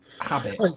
habit